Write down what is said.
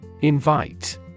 Invite